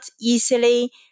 easily